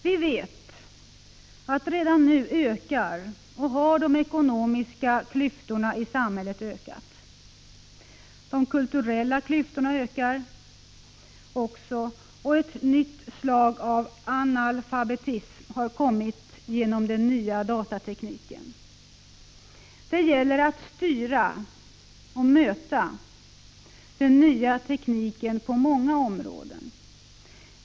Vi vet att de ekonomiska klyftorna i samhället redan nu har ökat och fortsätter att öka. De kulturella klyftorna ökar också, och ett nytt slag av analfabetism har kommit genom den nya datatekniken. Det gäller att möta och styra den nya tekniken på många områden.